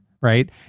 right